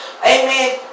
Amen